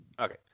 Okay